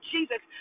Jesus